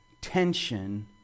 tension